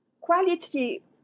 quality